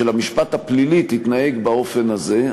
המשפט הפלילי תתנהג באופן הזה,